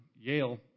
Yale